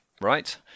right